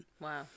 Wow